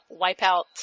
Wipeout